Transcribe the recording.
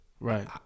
right